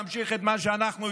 ותמשיך את מה שאנחנו התחלנו,